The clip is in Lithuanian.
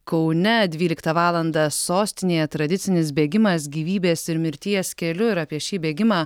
kaune dvyliktą valandą sostinėje tradicinis bėgimas gyvybės ir mirties keliu ir apie šį bėgimą